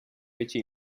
fece